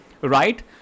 right